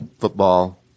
football